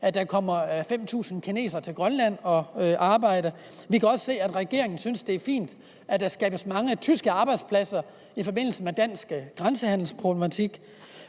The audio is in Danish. at der kommer 5.000 kinesere til Grønland for at arbejde. Vi kan se, at regeringen synes, det er fint, at der skabes mange tyske arbejdspladser i forbindelse med dansk grænsehandelsproblematik.